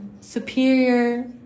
superior